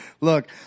Look